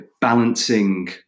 balancing